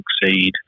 succeed